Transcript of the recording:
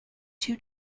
two